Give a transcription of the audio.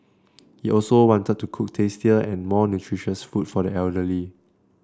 he also wanted to cook tastier and more nutritious food for the elderly